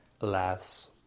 Alas